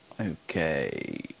Okay